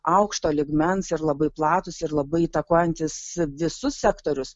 aukšto lygmens ir labai platūs ir labai įtakojantys visus sektorius